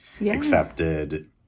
accepted